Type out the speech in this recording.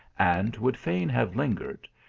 and would fain have lingered,